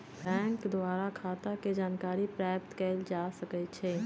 bank द्वारा खता के जानकारी प्राप्त कएल जा सकइ छइ